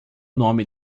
nome